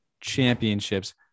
championships